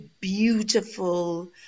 beautiful